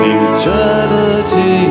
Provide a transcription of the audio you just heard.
eternity